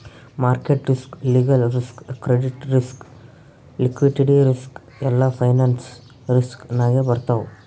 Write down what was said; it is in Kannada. market risk, legal risk, credit risk, liquidity risk ಎಲ್ಲಾ ಫೈನಾನ್ಸ್ ರಿಸ್ಕ್ ನಾಗೆ ಬರ್ತಾವ್